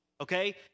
okay